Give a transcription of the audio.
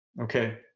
Okay